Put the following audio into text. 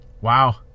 Wow